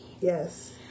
Yes